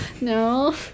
no